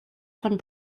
von